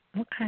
Okay